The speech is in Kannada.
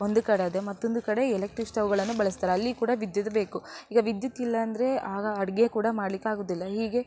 ಒಂದು ಕಡೆ ಆದರೆ ಮತ್ತೊಂದು ಕಡೆ ಎಲೆಕ್ಟ್ರಿಕ್ ಸ್ಟೌವ್ಗಳನ್ನು ಬಳಸ್ತಾರೆ ಅಲ್ಲಿ ಕೂಡ ವಿದ್ಯುತ್ ಬೇಕು ಈಗ ವಿದ್ಯುತ್ತಿಲ್ಲಾಂದರೆ ಆಗ ಅಡಿಗೆ ಕೂಡ ಮಾಡಲಿಕ್ಕಾಗುವುದಿಲ್ಲ ಹೀಗೆ